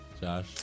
Josh